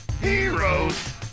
Heroes